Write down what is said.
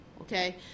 okay